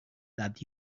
that